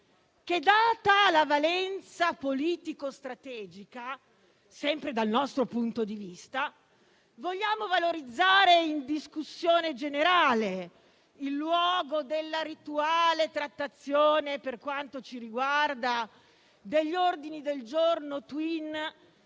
che, data la sua valenza politico-strategica (sempre dal nostro punto di vista), intendiamo valorizzare in discussione generale, il luogo della rituale trattazione per quanto ci riguarda degli ordini del giorno